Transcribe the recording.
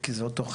כי זה אותו,